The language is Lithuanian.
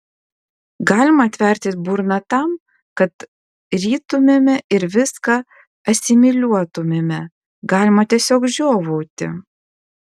galima atverti burną tam kad rytumėme ir viską asimiliuotumėme galima tiesiog žiovauti